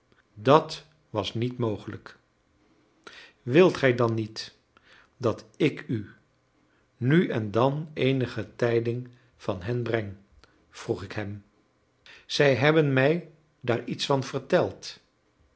dat was niet mogelijk wilt gij dan niet dat ik u nu en dan eenige tijding van hen breng vroeg ik hem zij hebben mij daar iets van verteld